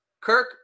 Kirk